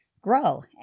grow